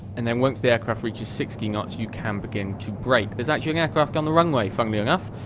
and then once the aircraft reaches sixty knots you can begin to brake. there's actually an aircraft on the runway funnily enough,